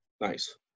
Nice